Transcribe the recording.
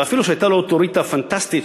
ואפילו שהייתה לו אוטוריטה פנטסטית,